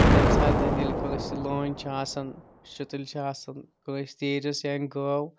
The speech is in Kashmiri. تَمہِ ساتن ییٚلہِ کٲنسہِ لونۍ چھِ آسان شُتُلۍ چھِ آسان کانٛسہِ تیٖرِس یا گٲو